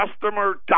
customer